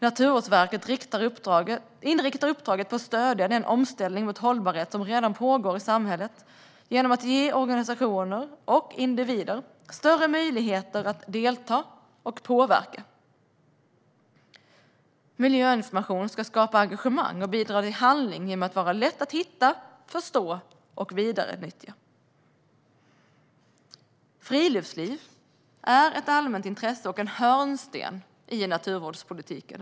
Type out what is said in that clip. Naturvårdsverket inriktar uppdraget på att stödja den omställning mot hållbarhet som redan pågår i samhället genom att ge organisationer och individer större möjligheter att delta och påverka. Miljöinformation ska skapa engagemang och bidra till handling genom att vara lätt att hitta, förstå och vidareutnyttja. Friluftsliv är ett allmänt intresse och en hörnsten i naturvårdspolitiken.